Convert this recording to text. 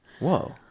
Whoa